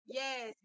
yes